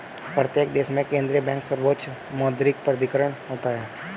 प्रत्येक देश में केंद्रीय बैंक सर्वोच्च मौद्रिक प्राधिकरण होता है